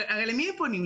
הרי למי הם פונים?